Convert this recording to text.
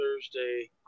Thursday